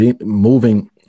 moving